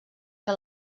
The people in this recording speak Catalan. que